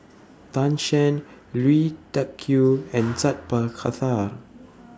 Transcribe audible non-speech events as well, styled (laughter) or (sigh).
Tan Shen Lui Tuck Yew and (noise) Sat Pal Khattar (noise)